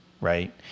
right